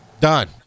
done